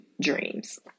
dreams